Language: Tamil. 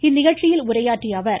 இந்நிகழ்ச்சியில் உரையாற்றிய அவர்